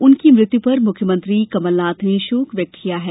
उनकी मृत्यु पर मुख्यमंत्री कमलनाथ ने शोक व्यक्त किया है